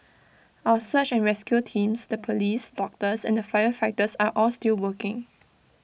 our search and rescue teams the Police doctors the firefighters are all still working